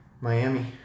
Miami